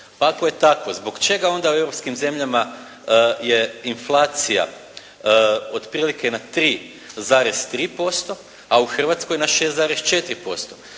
Pa ako je tako, zbog čega onda u europskim zemljama je inflacija otprilike na 3,3%, a u Hrvatskoj 6,4%?